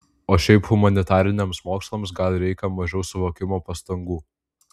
o šiaip humanitariniams mokslams gal reikia mažiau suvokimo pastangų